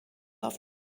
auf